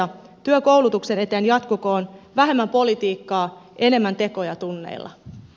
työ koulutuk sen eteen jatkukoon vähemmän politiikkaa enemmän tekoja tunneilla